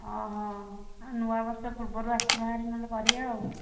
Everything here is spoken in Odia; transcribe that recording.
ନୂଆବର୍ଷ ପୂର୍ବରୁ ଆସିବାହାରି ନହେଲେ କରିବା ଆଉ